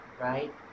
right